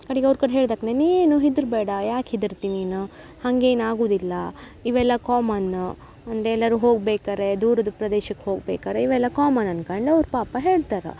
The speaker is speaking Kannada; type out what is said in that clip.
ಕಡಿಗೆ ಅವ್ರ ಕಡೆ ಹೇಳ್ದಕ್ಕೆ ನೀ ಏನು ಹೆದ್ರ ಬೇಡ ಯಾಕೆ ಹೆದರ್ತಿ ನೀನು ಹಂಗೇನೂ ಆಗುವುದಿಲ್ಲ ಇವೆಲ್ಲ ಕಾಮನು ಅಂದರೆ ಎಲ್ಲಾರೂ ಹೋಗ್ಬೇಕಾರೆ ದೂರದ ಪ್ರದೇಶಕ್ಕೆ ಹೋಗ್ಬೇಕಾದ್ರೆ ಇವೆಲ್ಲ ಕಾಮನ್ ಅನ್ಕಂಡು ಅವ್ರು ಪಾಪ ಹೇಳ್ತರು